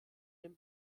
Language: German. dem